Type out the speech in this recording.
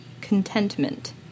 contentment